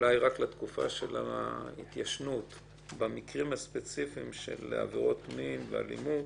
וזה שבמקרים הספציפיים של עבירות מין ואלימות